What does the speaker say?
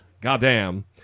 Goddamn